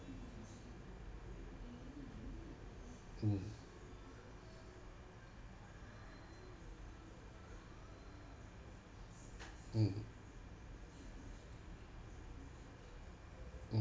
mm mm mm